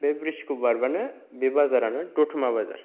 बे ब्रिजखौ बारबानो बे बाजारानो दतमा बाजार